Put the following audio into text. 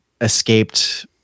escaped